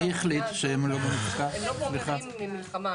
לא בורחים ממלחמה.